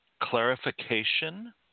clarification